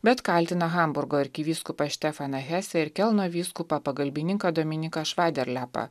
bet kaltina hamburgo arkivyskupas stefano hesę ir kelno vyskupą pagalbininką dominiką švaiderlepą